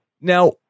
Now